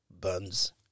buns